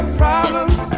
problems